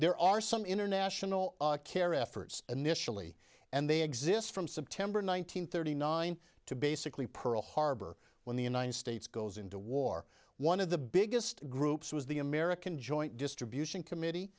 there are some international care efforts initially and they exist from september one nine hundred thirty nine to basically pearl harbor when the united states goes into war one of the biggest groups was the american joint distribution committee